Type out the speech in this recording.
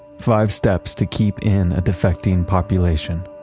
five steps to keep in a defecting population.